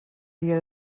dia